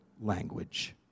language